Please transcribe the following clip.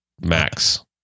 max